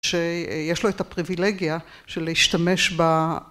שיש לו את הפריווילגיה של להשתמש ב...